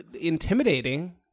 intimidating